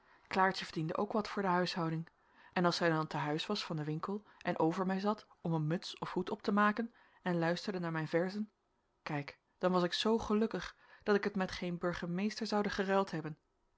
klaartje verdiende ook wat voor de huishouding en als zij dan te huis was van den winkel en over mij zat om een muts of hoed op te maken en luisterde naar mijn verzen kijk dan was ik zoo gelukkig dat ik het met geen burgemeester zoude geruild hebben